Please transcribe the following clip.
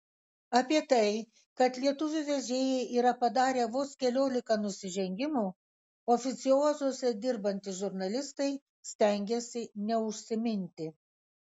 apie tai kad lietuvių vežėjai yra padarę vos keliolika nusižengimų oficiozuose dirbantys žurnalistai stengiasi neužsiminti